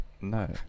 No